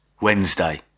Wednesday